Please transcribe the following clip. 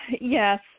Yes